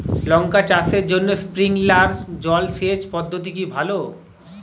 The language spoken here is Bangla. লঙ্কা চাষের জন্য স্প্রিংলার জল সেচ পদ্ধতি কি ভালো?